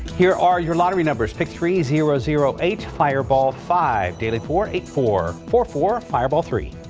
here are your lottery numbers pick three, zero, zero, eight fireball five daily four, eight, four, four, four fireball three.